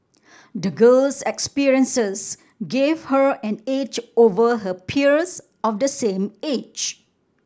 the girl's experiences gave her an edge over her peers of the same age